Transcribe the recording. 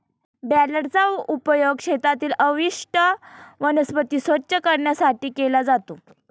बेलरचा उपयोग शेतातील अवशिष्ट वनस्पती स्वच्छ करण्यासाठी केला जातो